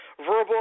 Verbal